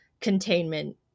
containment